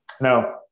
No